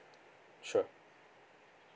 sure